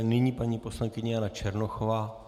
Nyní paní poslankyně Jana Černochová.